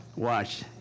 watch